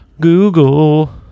Google